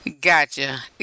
Gotcha